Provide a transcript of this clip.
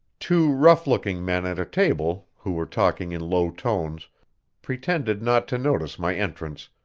two rough-looking men at a table who were talking in low tones pretended not to notice my entrance,